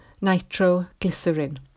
nitroglycerin